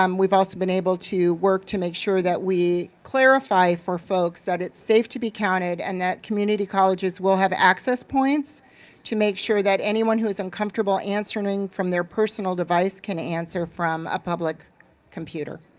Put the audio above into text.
um we've also been able to work to make sure that we clarify for folks that it's safe to be counted and that community colleges will have access points to make sure that anyone who's uncomfortable answering from their personal device can answer from a public computer.